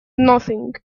nothing